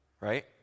Right